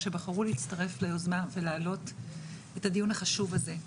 שבחרו להצטרף ליוזמן ולהעלות את הדיון החשוב הזה,